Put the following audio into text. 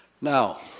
Now